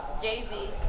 Jay-Z